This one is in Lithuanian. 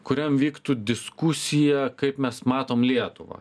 kuriam vyktų diskusija kaip mes matom lietuvą